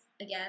again